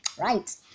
Right